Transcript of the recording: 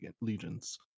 Legions